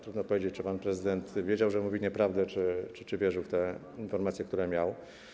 Trudno powiedzieć, czy pan prezydent wiedział, że mówi nieprawdę, czy wierzył w te informacje, które miał.